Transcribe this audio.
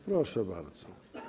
Proszę bardzo.